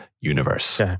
universe